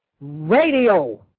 radio